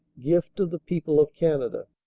gift of the people of canada.